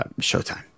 Showtime